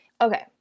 Okay